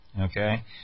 Okay